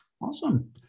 Awesome